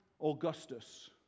Augustus